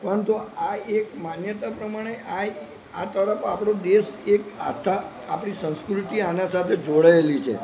પરંતુ આ એક માન્યતા પ્રમાણે અહીંયા આ તરફ આપણો દેશ એક આસ્થા આપણી સંસ્કૃતિ આના સાથે જોડાયેલી છે